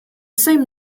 same